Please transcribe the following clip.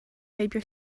heibio